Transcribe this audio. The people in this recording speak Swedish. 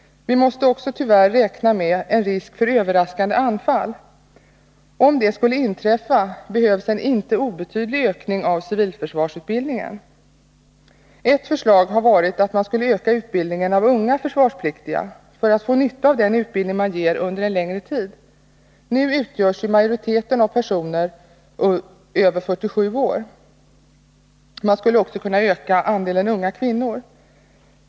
Vi måste tyvärr också räkna med en risk för överraskande anfall. Om detta skulle inträffa behövs en inte obetydlig ökning av civilförsvarsutbildningen. Ett förslag har varit att man skulle öka utbildningen av unga försvarspliktiga för att nyttiggöra den utbildning man ger, under längre tid. Nu utgörs ju majoriteten av personer över 47 år. Man skulle också kunna öka andelen unga kvinnor.